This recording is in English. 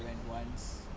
I went once